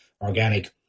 organic